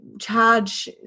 charge